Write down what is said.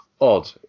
odd